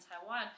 taiwan